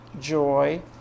joy